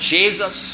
Jesus